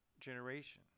generation